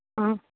ह